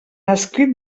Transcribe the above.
escrit